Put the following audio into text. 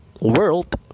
world